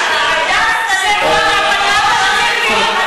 זה נשים מטפלות בנשים.